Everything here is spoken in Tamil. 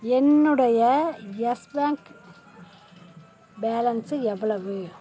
என்னுடைய எஸ் பேங்க் பேலன்ஸு எவ்வளவு